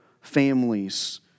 families